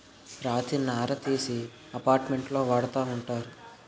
రాతి నార తీసి అపార్ట్మెంట్లో వాడతా ఉంటారు